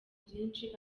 byinshi